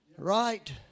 right